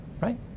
right